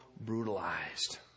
brutalized